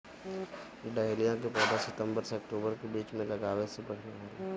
dahlia के पौधा सितंबर से अक्टूबर के बीच में लागावे से बढ़िया होला